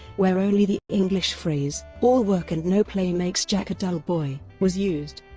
where only the english phrase all work and no play makes jack a dull boy was used.